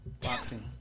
Boxing